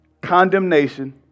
condemnation